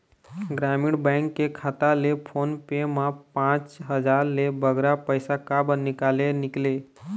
ग्रामीण बैंक के खाता ले फोन पे मा पांच हजार ले बगरा पैसा काबर निकाले निकले?